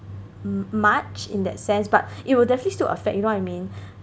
much in that sense but it will definitely still affect you know what I mean